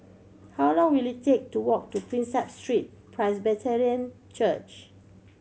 how long will it take to walk to Prinsep Street Presbyterian Church